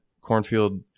cornfield